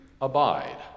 Abide